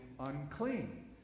Unclean